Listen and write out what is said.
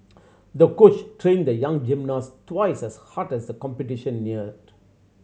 the coach trained the young gymnast twice as hard as the competition neared